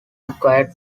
required